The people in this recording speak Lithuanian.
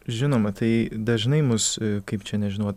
žinoma tai dažnai mus kaip čia nežinau